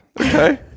okay